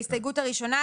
ההסתייגות הראשונה,